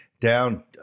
down